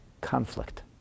conflict